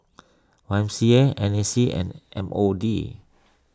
Y M C A N A C and M O D